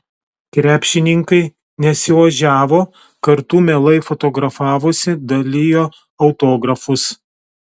krepšininkai nesiožiavo kartu mielai fotografavosi dalijo autografus